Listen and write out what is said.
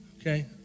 okay